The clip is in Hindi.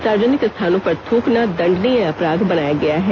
सार्वजनिक स्थानों पर थ्रकना दंडनीय अपराध बनाया गया है